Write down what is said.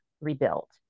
rebuilt